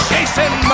Jason